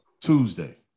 Tuesday